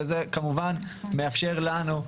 וזה כמובן מאפשר לנו,